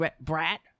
brat